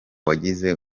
wagiye